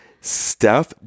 Steph